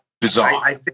Bizarre